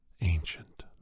ancient